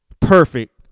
perfect